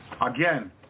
Again